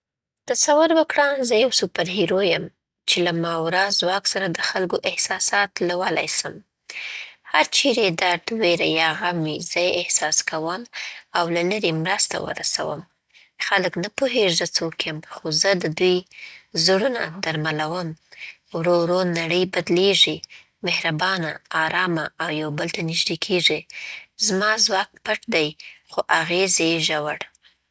تصور وکړه زه یو سوپر هیرو یم چې له ماورا ځواک سره د خلکو احساسات لولای سم. هر چیرې چې درد، ویره یا غم وي، زه یې احساس کوم او له لرې مرسته ور رسوم. خلک نه پوهېږي زه څوک یم، خو زه د دوی زړونه درملوم. ورو ورو نړۍ بدلېږي، مهربانه، ارامه، او یو بل ته نږدې کېږي. زما ځواک پټ دی، خو اغېز یې ژور.